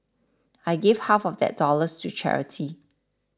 I gave half of that dollars to charity